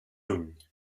lluny